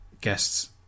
guests